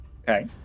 Okay